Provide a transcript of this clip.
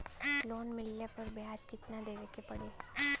Loan मिलले पर ब्याज कितनादेवे के पड़ी?